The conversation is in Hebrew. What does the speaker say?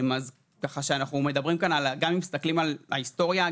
גם אם מסתכלים על ההיסטוריה,